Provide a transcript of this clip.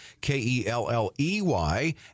K-E-L-L-E-Y